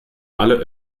alle